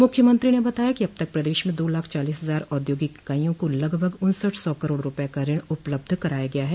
मुख्यमंत्री ने बताया कि अब तक प्रदेश में दो लाख चालीस हजार औद्योगिक इकाइयों को लगभग उन्सठ सौ करोड़ रूपये का ऋण उपलब्ध कराया गया है